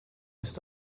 ist